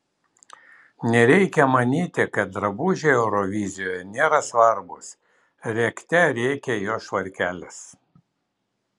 nereikia manyti kad drabužiai eurovizijoje nėra svarbūs rėkte rėkė jo švarkelis